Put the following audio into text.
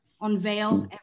unveil